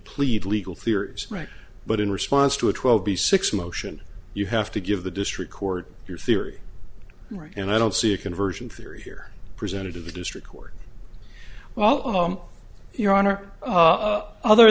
plead legal theory right but in response to a twelve b six motion you have to give the district court your theory right and i don't see a conversion theory here presented to the district court well your honor other